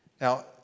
Now